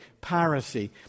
piracy